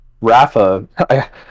Rafa